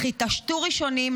אך התעשתו ראשונים,